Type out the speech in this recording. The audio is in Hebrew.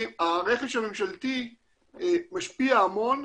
הרכש הממשלתי משפיע המון